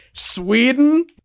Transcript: sweden